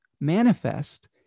manifest